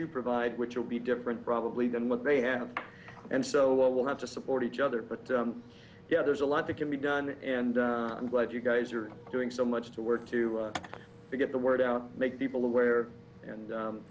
you provide which will be different probably than what they have and so we'll have to support each other but yeah there's a lot that can be done and i'm glad you guys are doing so much to work to get the word out make people aware and